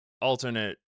alternate